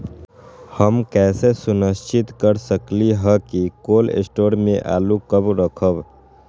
हम कैसे सुनिश्चित कर सकली ह कि कोल शटोर से आलू कब रखब?